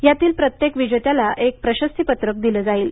यातील प्रत्येक विजेत्याला एक प्रशस्तीपत्रक दिले जाईल